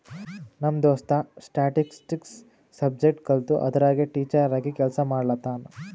ನಮ್ ದೋಸ್ತ statistics subject ಕಲ್ತು ಅದುರಾಗೆ ಟೀಚರ್ ಆಗಿ ಕೆಲ್ಸಾ ಮಾಡ್ಲತಾನ್